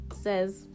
Says